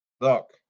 Look